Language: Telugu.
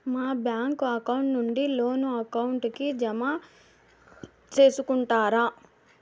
మా బ్యాంకు అకౌంట్ నుండి లోను అకౌంట్ కి జామ సేసుకుంటారా?